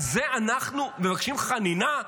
על זה אנחנו מבקשים חנינה?